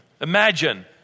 Imagine